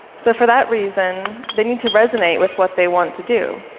so for that reason, they need to resonate with what they want to do.